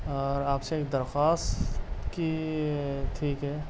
اور آپ سے ایک درخواست کی ٹھیک ہے